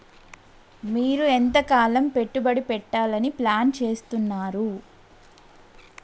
మీరు ఎంతకాలం పెట్టుబడి పెట్టాలని ప్లాన్ చేస్తున్నారు?